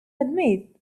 admit